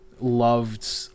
Loved